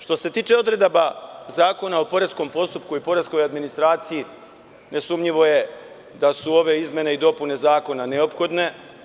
Što se tiče odredaba Zakona o poreskom postupku i poreskoj administraciji, nesumnjivo je da su ove izmene i dopune Zakona neophodne.